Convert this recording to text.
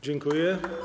Dziękuję.